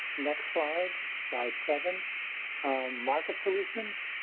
next slide slide seven market solutions.